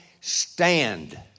Stand